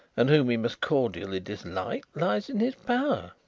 and whom he must cordially dislike, lies in his power.